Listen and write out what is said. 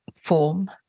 form